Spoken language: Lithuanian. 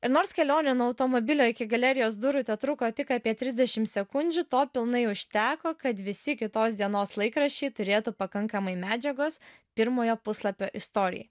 ir nors kelionė nuo automobilio iki galerijos durų tetruko tik apie trisdešim sekundžių to pilnai užteko kad visi kitos dienos laikraščiai turėtų pakankamai medžiagos pirmojo puslapio istorijai